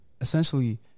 essentially